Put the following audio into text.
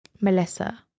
melissa